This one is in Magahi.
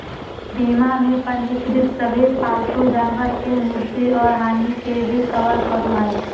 बीमा में पंजीकृत सभे पालतू जानवर के मृत्यु और हानि के भी कवर करो हइ